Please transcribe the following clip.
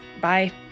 Bye